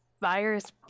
virus